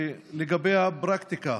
לגבי הפרקטיקה,